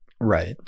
Right